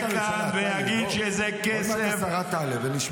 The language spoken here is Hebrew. מי שיעלה לכאן ויגיד שזה כסף -- טלי,